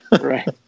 Right